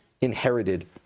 inherited